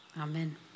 amen